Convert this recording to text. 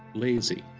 lazy,